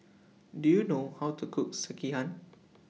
Do YOU know How to Cook Sekihan